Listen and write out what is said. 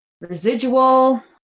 residual